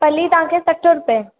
फली तांखे सठि रुपये